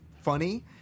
funny